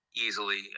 easily